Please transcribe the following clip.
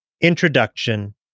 introduction